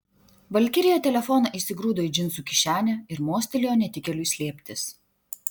valkirija telefoną įsigrūdo į džinsų kišenę ir mostelėjo netikėliui slėptis